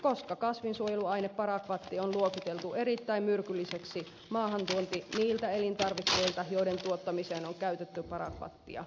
koska kasvinsuojeluaine parakvatti on luokiteltu erittäin myrkylliseksi maahantuonti niiltä elintarvikkeilta joiden tuottamiseen on käytetty parakvattia kielletään